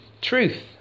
Truth